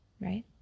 right